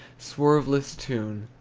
swerveless tune.